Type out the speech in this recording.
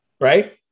Right